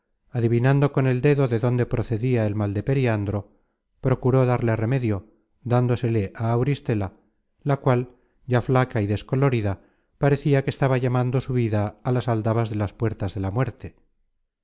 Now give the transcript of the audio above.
adivinando con el dedo de dónde procedia el mal de periandro procuró darle remedio dándosele á auristela la cual ya flaca y descolorida parecia que estaba llamando su vida á las aldabas de las puertas de la muerte